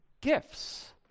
gifts